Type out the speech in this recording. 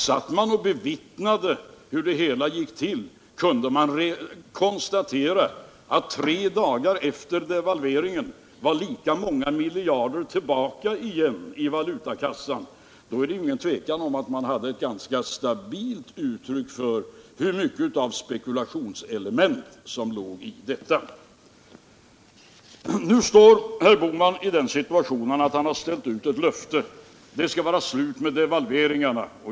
Den som satt och bevittnade hur det hela gick till kunde konstatera att tre dagar efter devalveringen var lika många miljarder tillbaka igen i valutakassan. Det är inget tvivel om att vi där har ett stabilt uttryck för hur mycket av spekulationselement som låg i detta. Nu står herr Bohman i den situationen att han har ställt ut ett löfte: Det skall vara slut med devalveringarna.